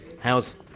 how's